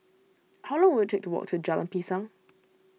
how long will it take to walk to Jalan Pisang